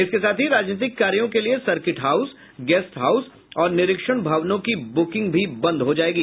इसके साथ ही राजनीतिक कार्यों के लिये सर्किट हाउस गेस्ट हाउस और निरीक्षण भवनों की बुकिंग भी बंद हो जायेगी